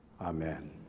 Amen